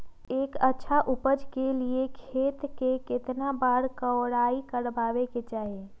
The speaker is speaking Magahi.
एक अच्छा उपज के लिए खेत के केतना बार कओराई करबआबे के चाहि?